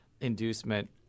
inducement